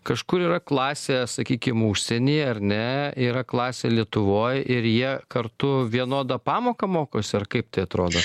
kažkur yra klasė sakykim užsienyje ar ne yra klasė lietuvoj ir jie kartu vienodą pamoką mokosi ar kaip tai atrodo